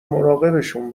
مراقبشون